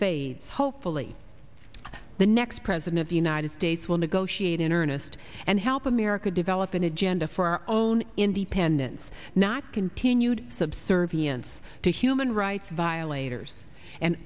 fades hopefully the next president of the united states will negotiate in earnest and help america develop an agenda for our own independence not continued subservience to human rights violators and